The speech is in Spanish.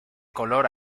color